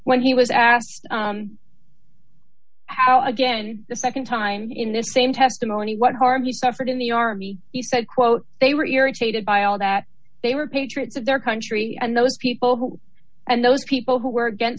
when he was asked how again and the nd time in this same testimony what harvey suffered in the army he said quote they were irritated by all that they were patriots of their country and those people who and those people who were against